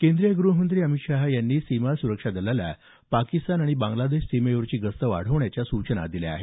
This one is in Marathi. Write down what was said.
केंद्रीय ग्रहमंत्री अमित शहा यांनी सीमा सुरक्षा दलाला पाकिस्तान आणि बांग्लादेश सीमेवरची गस्त वाढवण्याच्या सूचना दिल्या आहेत